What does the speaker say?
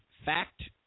Fact